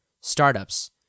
startups